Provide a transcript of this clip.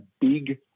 big